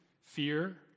fear